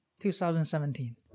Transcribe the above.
2017